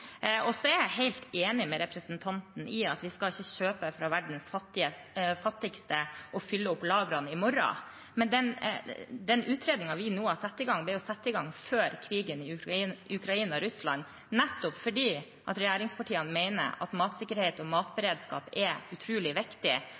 Og så er jeg helt enig med representanten i at vi ikke skal kjøpe fra verdens fattigste og fylle opp lagrene i morgen. Den utredningen vi har satt i gang, ble satt i gang før krigen i Ukraina og Russland nettopp fordi regjeringspartiene mener at matsikkerhet og